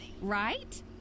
Right